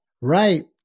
Right